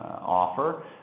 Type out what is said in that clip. offer